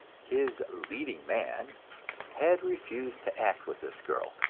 his leading man had refused to act with this girl,